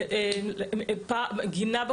גינה,